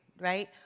Right